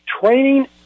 training